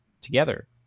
together